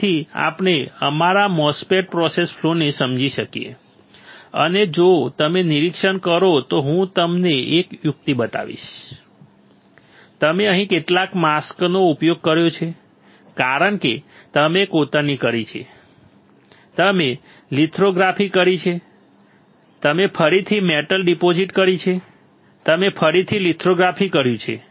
તેથી આપણે અમારા MOSFET પ્રોસેસ ફલૉને સમજી શકીએ અને જો તમે નિરીક્ષણ કરો તો હું તમને એક યુક્તિ બતાવીશ તમે અહીં કેટલા માસ્કનો ઉપયોગ કર્યો છે કારણ કે તમે કોતરણી કરી છે તમે લિથોગ્રાફી કરી છે તમે ફરીથી મેટલ ડિપોઝિટ કરી છે તમે ફરીથી લિથોગ્રાફી કર્યું છે